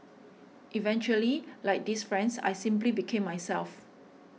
eventually like these friends I simply became myself